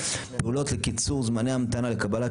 (4) פעולות לקיצור זמני המתנה לקבלת